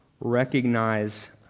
recognize